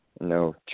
no